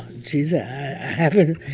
jesus. i haven't,